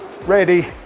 ready